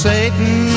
Satan